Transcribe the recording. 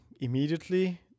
immediately